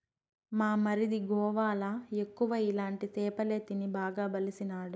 మా మరిది గోవాల ఎక్కువ ఇలాంటి సేపలే తిని బాగా బలిసినాడు